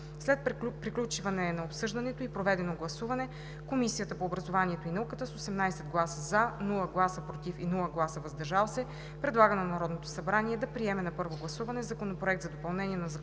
След приключване на обсъждането и проведено гласуване Комисията по образованието и науката с 18 гласа „за“, без „против“ и „въздържал се” предлага на Народното събрание да приеме на първо гласуване Законопроект за допълнение на Закона